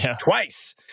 twice